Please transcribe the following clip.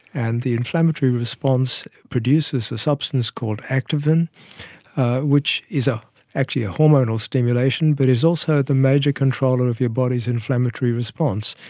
and the inflammatory response produces a substance called activin which is ah actually a hormonal stimulation but is also the major controller of your body's inflammatory response.